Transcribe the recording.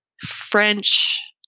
French